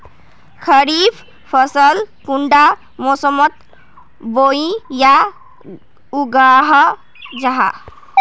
खरीफ फसल कुंडा मोसमोत बोई या उगाहा जाहा?